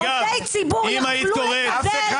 עובדי ציבור יוכלו לקבל הוצאות משפטיות ותרומות בלי הגבלה.